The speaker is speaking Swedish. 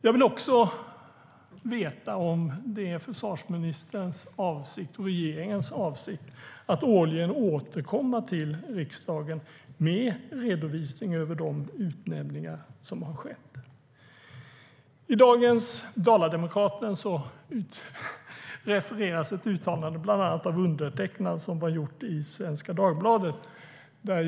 Jag vill också veta om det är försvarsministerns och regeringens avsikt att årligen återkomma till riksdagen med en redovisning av de utnämningar som har skett. I dagens Dala-Demokraten refereras det bland annat till ett uttalande av mig som gjordes i Svenska Dagbladet.